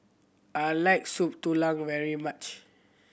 I like Soup Tulang very much